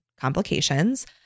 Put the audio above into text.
complications